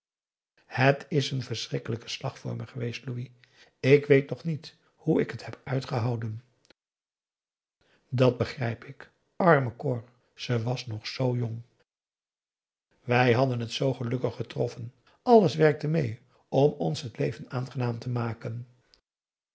het is een verschrikkelijke slag voor me geweest louis ik weet nog niet hoe ik het heb uitgehouden dat begrijp ik arme cor ze was nog zoo jong wij hadden het zoo gelukkig getroffen alles werkte mêe om ons het leven aangenaam te maken